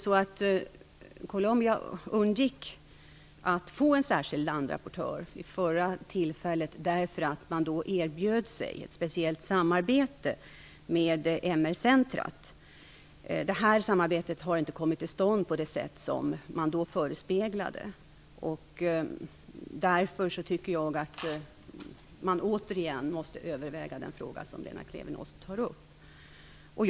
Colombia undgick att få en särskild landrapportör vid förra tillfället, eftersom man då erbjöd ett speciellt samarbete med MR-centrumet. Detta samarbete har inte kommit till stånd på det sätt som man då förespeglade. Jag tycker därför att man återigen måste överväga den fråga som Lena Klevenås berör.